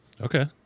Okay